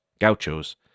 gauchos